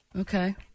Okay